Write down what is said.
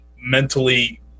mentally